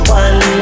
one